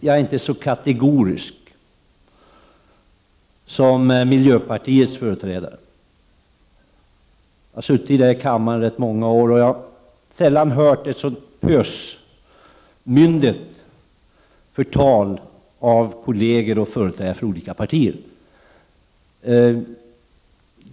Jag är inte så kategorisk som miljöpartiets företrädare. Jag har suttit här i kammaren i rätt många år, och jag har sällan hört ett så pösmyndigt förtal av kolleger och företrädare för andra partier.